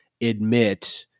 admit